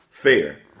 fair